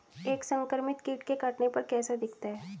एक संक्रमित कीट के काटने पर कैसा दिखता है?